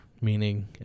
meaning